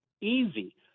easy